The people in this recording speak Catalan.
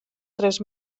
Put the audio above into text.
tres